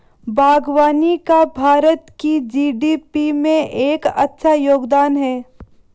बागवानी का भारत की जी.डी.पी में एक अच्छा योगदान है